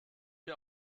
wir